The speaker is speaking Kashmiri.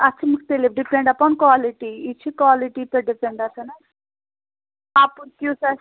اَتھ چھِ مُختلِف ڈِپیٚنٛڈ اَپ آن کالِٹی یہِ چھِ کالِٹی پیٚٹھ ڈِپیٚنٛڈ آسان حظ کَپُر کِیُتھ آسہِ